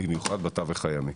במיוחד בתווך הימי.